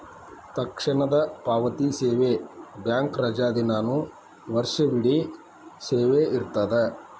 ತಕ್ಷಣದ ಪಾವತಿ ಸೇವೆ ಬ್ಯಾಂಕ್ ರಜಾದಿನಾನು ವರ್ಷವಿಡೇ ಸೇವೆ ಇರ್ತದ